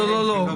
לא, לא.